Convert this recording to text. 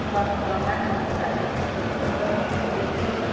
ବର୍ତ୍ତମାନ ଟ୍ରାଫିକ୍ ସୁଗମ୍ ଅଟେ କି